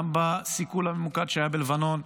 גם בסיכול הממוקד שהיה בלבנון,